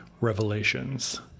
Revelations